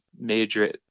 major